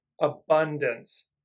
abundance